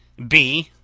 b.